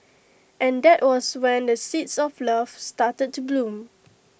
and that was when the seeds of love started to bloom